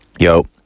Yo